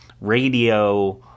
radio